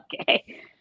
Okay